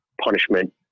punishment